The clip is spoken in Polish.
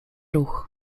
ruch